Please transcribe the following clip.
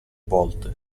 volte